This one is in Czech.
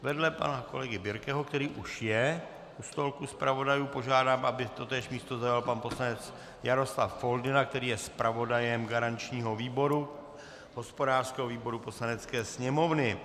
Vedle pana kolegy Birkeho, který už je u stolku zpravodajů, požádám, aby totéž místo zaujal pan poslanec Jaroslav Foldyna, který je zpravodajem garančního výboru, hospodářského výboru Poslanecké sněmovny.